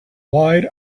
wide